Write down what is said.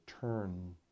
turn